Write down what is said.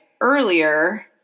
earlier